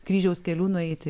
kryžiaus kelių nueiti